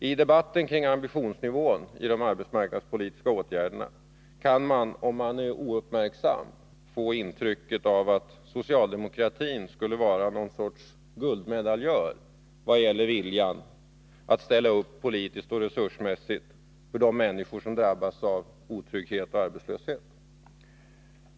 I debatten kring ambitionsnivån för de arbetsmarknadspolitiska åtgärderna kan man — om man är ouppmärksam -— få intrycket att socialdemokratin skulle vara någon sorts guldmedaljör vad gäller viljan att ställa upp politiskt och resursm igt för de människor som drabbas av otrygghet och arbetslöshet.